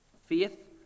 Faith